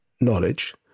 knowledge